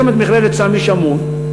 יש שם מכללת סמי שמעון,